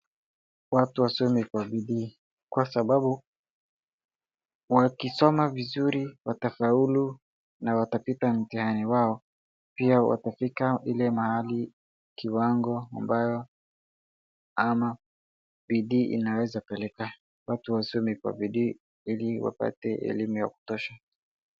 Watu wasome Kwa bidii Kwa sababu wakisoma vizuri watafaulu na watapita mtihani wao. Pia watafika ile mahali, kiwango ambayo ama bidii inaweza peleka watu wasome Kwa bidii ili wapate elimu ya kutosha.